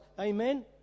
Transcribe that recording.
Amen